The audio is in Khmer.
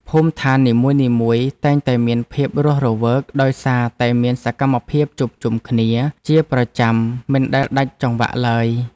ភូមិដ្ឋាននីមួយៗតែងតែមានភាពរស់រវើកដោយសារតែមានសកម្មភាពជួបជុំគ្នាជាប្រចាំមិនដែលដាច់ចង្វាក់ឡើយ។